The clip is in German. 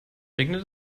regnet